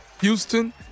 Houston